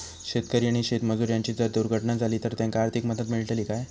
शेतकरी आणि शेतमजूर यांची जर दुर्घटना झाली तर त्यांका आर्थिक मदत मिळतली काय?